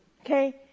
okay